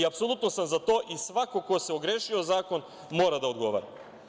Apsolutno sam za to i svako ko se ogrešio o zakon mora da odgovara.